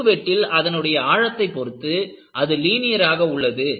குறுக்கு வெட்டில் அதனுடைய ஆழத்தைப் பொறுத்து அது லீனியர் ஆக உள்ளது